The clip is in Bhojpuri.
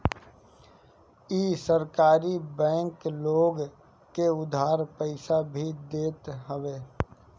इ सहकारी बैंक लोग के उधार पईसा भी देत हवे